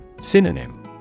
Synonym